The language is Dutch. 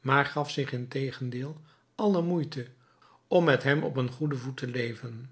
maar gaf zich integendeel alle moeite om met hem op eenen goeden voet te leven